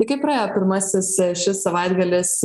tai kaip praėjo pirmasis šis savaitgalis